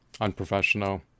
unprofessional